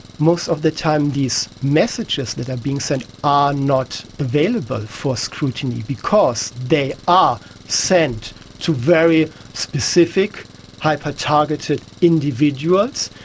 most of the time these messages that are being sent are not available for scrutiny because they are sent to very specific hyper-targeted individuals.